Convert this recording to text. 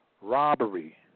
robbery